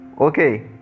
Okay